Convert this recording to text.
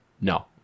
No